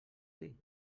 dir